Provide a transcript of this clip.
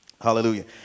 hallelujah